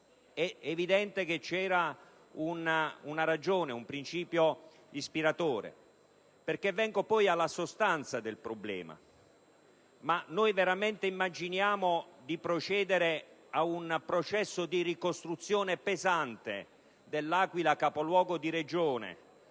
È evidente che c'era una ragione, un principio ispiratore. Vengo alla sostanza del problema: noi veramente immaginiamo di poter procedere a un processo di ricostruzione pesante dell'Aquila capoluogo di Regione